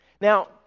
Now